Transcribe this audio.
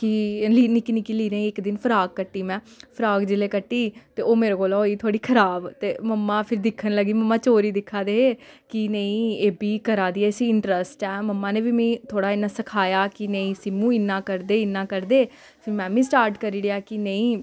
कि अल्ली निक्की निक्की लीरें दी इक दिन फ्राक कट्टी में फ्राक जेल्लै कट्टी ते ओह् मेरे कोला होई थोह्ड़ी खराब ते मम्मा फिर दिक्खन लगी मम्मा चोरी दिक्खा दे हे कि नेईं एह् बी करा दी इसी इंटरस्ट ऐ मम्मा ने बी मीं थोह्ड़ा इ'यां सखाया कि नेईं सीम्मू इ'यां करदे इ'यां करदे फ्ही में बी स्टार्ट करी ओड़ेआ कि नेईं